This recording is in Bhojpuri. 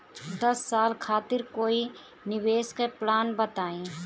दस साल खातिर कोई निवेश के प्लान बताई?